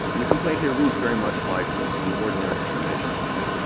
and the complaint here reads very much like an ordinary discrimination complaint.